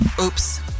oops